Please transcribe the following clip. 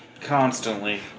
constantly